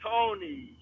Tony